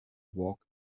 walk